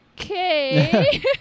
Okay